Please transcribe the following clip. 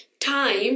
Time